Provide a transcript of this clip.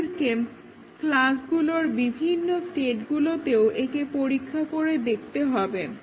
আমাদেরকে ক্লাসগুলোর বিভিন্ন স্টেটগুলোতেও একে পরীক্ষা করে দেখতে হবে